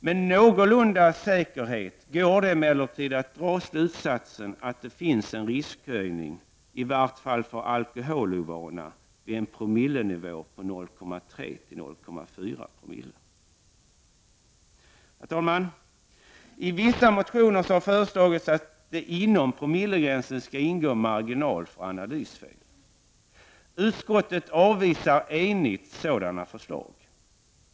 Med någorlunda säkerhet går det emellertid att dra slutsatsen att det finns en riskhöjning, i varje fall för alkoholovana, vid en promillenivå på 0,3 Zo—0,4 Ko. Herr talman! I vissa motioner har föreslagits att det inom promillegränsen skall ingå en marginal för analysfel. Utskottet avvisar entydigt sådana förslag.